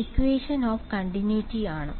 equation of continuity ആണ്